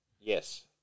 Yes